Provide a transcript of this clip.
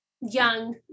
young